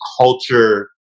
culture